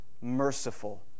merciful